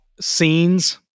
scenes